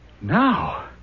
Now